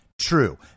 true